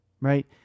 right